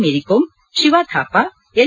Mary Kom Shiva Thapa L